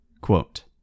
quote